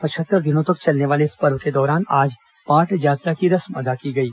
पचहत्तर दिनों तक चलने वाले इस पर्व के दौरान आज पाटजात्रा की रस्म अदा की गई